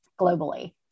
globally